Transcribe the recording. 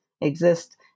exist